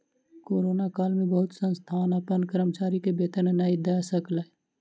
corona काल में बहुत संस्थान अपन कर्मचारी के वेतन नै दय सकल